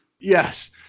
Yes